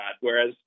Whereas